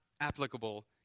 applicable